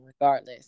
regardless